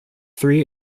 three